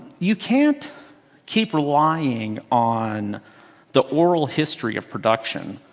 you can't keep relying on the oral history of production.